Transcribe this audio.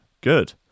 Good